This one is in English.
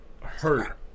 hurt